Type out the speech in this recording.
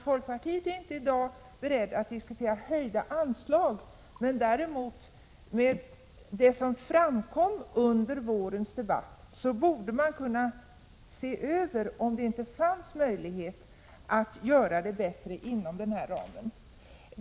Folkpartiet är i dag inte berett att diskutera höjda anslag, men med tanke på det som framkom under vårens debatt borde man kunna se över om det inte finns möjlighet att ordna trafiken bättre inom denna ram.